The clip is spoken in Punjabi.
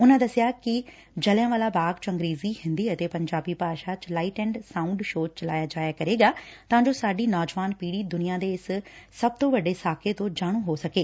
ਉਨਾਂ ਦੱਸਿਆ ਜਲਿਆਂਵਾਲਾ ਬਾਗ 'ਚ ਅੰਗਰੇਜ਼ੀ ਹਿਂਦੀ ਅਤੇ ਪੰਜਾਬੀ ਭਾਸ਼ਾ 'ਚ ਲਾਈਟ ਐਂਡ ਸਾਉਂਡ ਸ਼ੋਅ ਚਲਾਇਆ ਜਾਇਆ ਕਰੇਗਾ ਤਾਂ ਜੋ ਸਾਡੀ ਨੋਜਵਾਨ ਪੀਤੀ ਦੁਨੀਆ ਦੇ ਇਸ ਸਭ ਤੋਂ ਵੱਡੇ ਸਾਕੇ ਤੋਂ ਜਾਣ ਹੋ ਸਕੇ